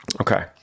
okay